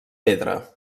pedra